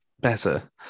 better